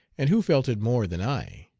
and who felt it more than i?